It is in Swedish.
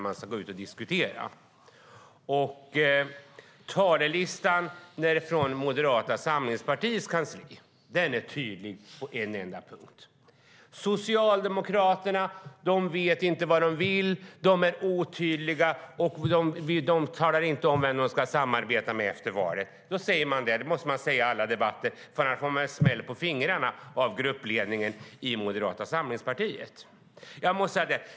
Listan över talepunkter från Moderata samlingspartiets kansli är tydlig på en enda punkt: Socialdemokraterna vet inte vad de vill, de är otydliga och de talar inte om vem de ska samarbeta med efter valet. Det måste man säga i alla debatter, för annars får man smäll på fingrarna av gruppledningen i Moderata samlingspartiet.